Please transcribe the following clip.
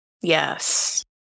Yes